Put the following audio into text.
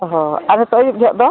ᱦᱳᱭ ᱟᱫᱚ ᱛᱚ ᱟᱹᱭᱩᱵ ᱧᱚᱜ ᱫᱚ